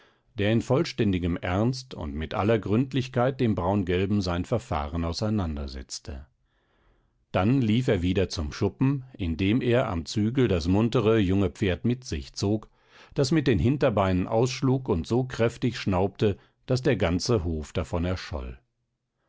der in vollständigem ernst und mit aller gründlichkeit dem braungelben sein verfahren auseinandersetzte dann lief er wieder zum schuppen indem er am zügel das muntere junge pferd mit sich zog das mit den hinterbeinen ausschlug und so kräftig schnaubte daß der ganze hof davon erscholl